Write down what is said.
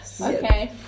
Okay